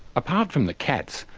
apart from the cats,